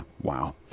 Wow